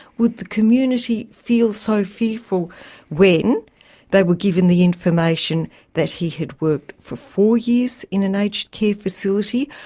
would the community feel so fearful when they were given the information that he had worked for four years in an aged care facility?